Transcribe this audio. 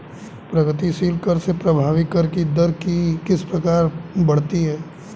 प्रगतिशील कर से प्रभावी कर की दर किस प्रकार बढ़ती है?